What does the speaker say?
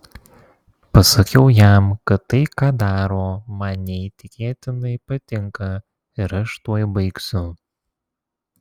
pasakiau jam kad tai ką daro man neįtikėtinai patinka ir aš tuoj baigsiu